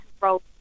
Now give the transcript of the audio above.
role